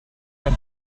and